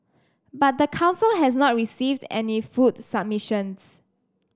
but the council has not received any food submissions